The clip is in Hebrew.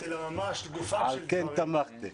איש שחיי הספורט והתרבות הם חלק מהוויית חייו.